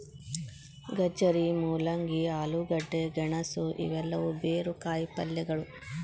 ಗಜ್ಜರಿ, ಮೂಲಂಗಿ, ಆಲೂಗಡ್ಡೆ, ಗೆಣಸು ಇವೆಲ್ಲವೂ ಬೇರು ಕಾಯಿಪಲ್ಯಗಳು